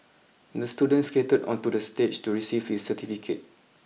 the student skated onto the stage to receive his certificate